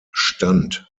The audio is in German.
stand